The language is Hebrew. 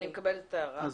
אני מקבלת את ההערה.